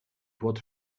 what